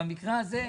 במקרה הזה,